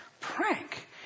prank